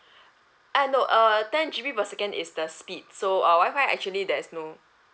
uh no err ten G_B per second is the speed so uh wifi actually there is no